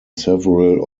several